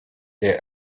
der